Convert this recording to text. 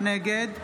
נגד